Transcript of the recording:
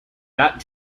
that